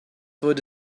food